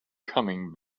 coming